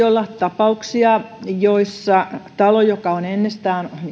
olla tapauksia joissa talossa joka on ennestään